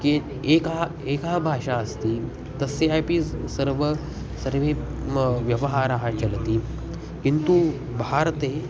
के एकः एकः भाषा अस्ति तस्यापि स् सर्व सर्वे म व्यवहारः चलति किन्तु भारते